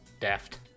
deft